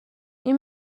این